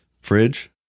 Fridge